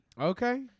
Okay